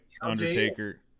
Undertaker